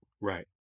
Right